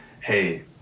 hey